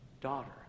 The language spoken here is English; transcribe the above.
daughter